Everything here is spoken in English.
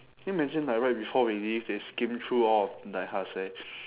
can you imagine like right before we leave they skim through all of like how to say